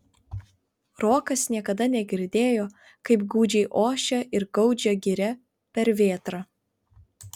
rokas niekada negirdėjo kaip gūdžiai ošia ir gaudžia giria per vėtrą